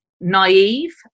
Naive